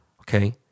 Okay